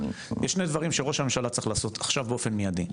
יש שני דברים שראש הממשלה צריך לעשות עכשיו באופן מידי.